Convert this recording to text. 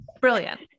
brilliant